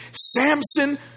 Samson